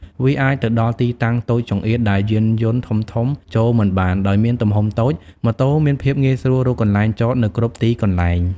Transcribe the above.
វាអាចទៅដល់ទីតាំងតូចចង្អៀតដែលយានយន្តធំៗចូលមិនបាន ដោយមានទំហំតូច ម៉ូតូមានភាពងាយស្រួលរកកន្លែងចតនៅគ្រប់ទីកន្លែង ។